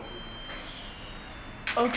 okay